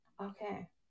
okay